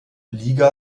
liga